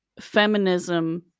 feminism